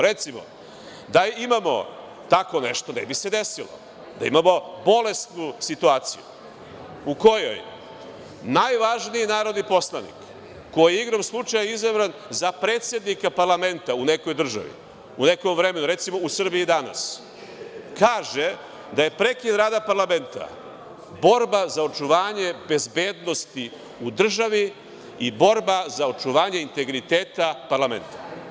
Recimo da imamo tako nešto ne bi se desilo, da imamo bolesnu situaciju u kojoj najvažniji narodni poslanik, koji je igrom slučaja izabran za predsednika parlamenta u nekoj državi, u nekom vremenu, recimo u Srbiji danas, kaže da je prekid rada parlamenta borba za očuvanje bezbednosti u državi i borba za očuvanje integriteta parlamenta.